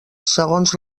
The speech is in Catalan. segons